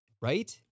right